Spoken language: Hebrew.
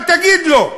מה תגיד לו?